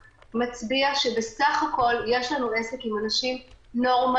מצביע שבסך הכול יש לנו עסק עם אנשים נורמטיביים,